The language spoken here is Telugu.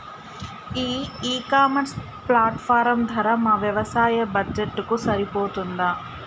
ఈ ఇ కామర్స్ ప్లాట్ఫారం ధర మా వ్యవసాయ బడ్జెట్ కు సరిపోతుందా?